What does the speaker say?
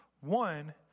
One